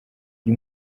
uyu